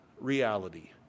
reality